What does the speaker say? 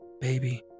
Baby